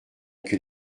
que